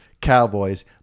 cowboys